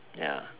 ya